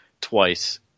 twice